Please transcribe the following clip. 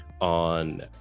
on